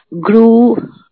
grew